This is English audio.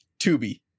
Tubi